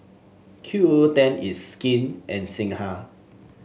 Q O O ten It's Skin and Singha